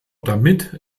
damit